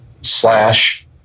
slash